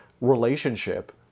relationship